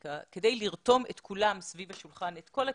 כדי לרתום את כולם סביב השולחן, את כל הקהילות,